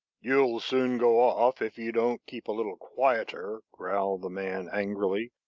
you'll soon go off if you don't keep a little quieter, growled the man angrily,